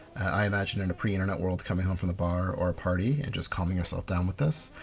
i imagine in a pre-internet world coming home from the bar or party and just calming yourself down with this.